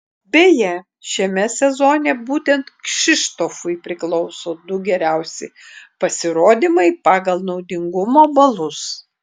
beje šiame sezone būtent kšištofui priklauso du geriausi pasirodymai pagal naudingumo balus